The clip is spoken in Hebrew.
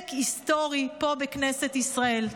צדק היסטורי, פה בכנסת ישראל.